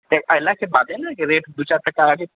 देखै लै तकरबादे ने रेट दू चारि टका आगे